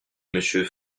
monsieur